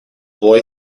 boy